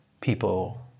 people